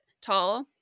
tall